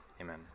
amen